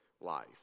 life